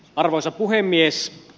arvoisa puhemies